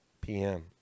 PM